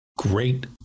Great